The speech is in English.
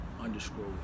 underscore